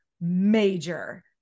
major-